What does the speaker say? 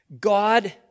God